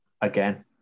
again